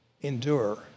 endure